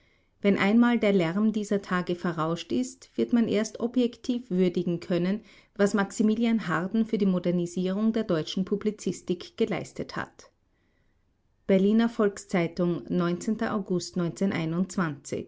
wenn einmal der lärm dieser tage verrauscht ist wird man erst objektiv würdigen können was maximilian harden für die modernisierung der deutschen publizistik geleistet hat berliner volks-zeitung august